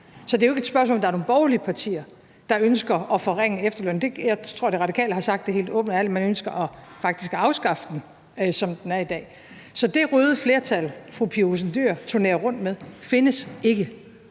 så det er ikke et spørgsmål om, at der er nogle borgerlige partier, der ønsker at forringe efterlønnen. Jeg tror, at De Radikale har sagt helt åbent og ærligt, at man faktisk ønsker at afskaffe den, som den er i dag. Så det røde flertal, fru Pia Olsen Dyhr turnerer rundt med forestillingen